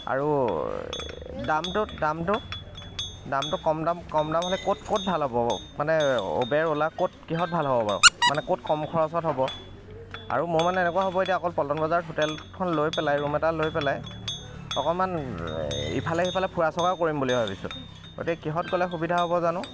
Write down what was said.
আৰু দামটো দামটো দামটো কম দাম কম দাম হ'লে ক'ত ভাল হ'ব মানে উবেৰ ওলা ক'ত কিহত ভাল হ'ব বাৰু মানে ক'ত কম খৰচত হ'ব আৰু মোৰ মানে এনেকুৱা হ'ব এতিয়া অকল পল্টন বজাৰত হোটেলখন লৈ পেলাই ৰুম এটা লৈ পেলাই অকমান ইফালে সিফালে ফুৰা চকাও কৰিম বুলি ভাবিছোঁ গতিকে কিহত গ'লে সুবিধা হ'ব জানো